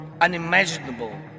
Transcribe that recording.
unimaginable